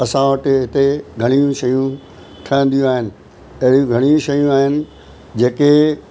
असां वटि हिते घणेई शयूं ठहंदियूं आहिनि अहिड़ियूं घणेई शयूं आहिनि जेके